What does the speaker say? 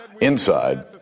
inside